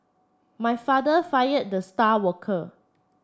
my father fired the star worker